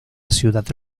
ciudad